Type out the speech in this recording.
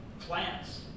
Plants